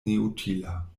neutila